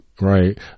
right